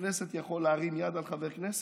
שחבר כנסת יכול להרים יד על חבר כנסת?